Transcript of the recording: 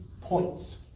Points